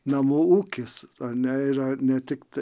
namų ūkis ar ne yra ne tik